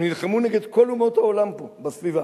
הם נלחמו נגד כל אומות העולם בסביבה.